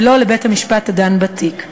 ולא לבית-המשפט הדן בתיק.